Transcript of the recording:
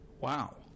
Wow